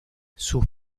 sus